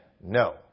no